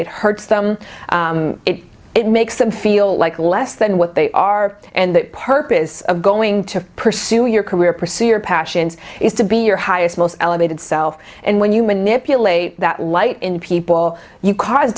it hurts them it makes them feel like less than what they are and the purpose of going to pursue your career pursue your passions is to be your highest elevated self and when you manipulate that light in people you cause